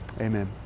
Amen